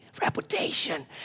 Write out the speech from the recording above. reputation